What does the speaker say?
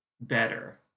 better